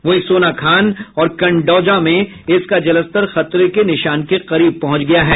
वहीं सोनाखान और कंटौझा में इसका जलस्तर खतरे के निशान के करीब पहुंच गया है